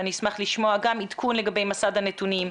ואשמח לשמוע גם עדכון לגבי מסד הנתונים,